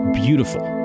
beautiful